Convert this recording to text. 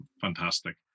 Fantastic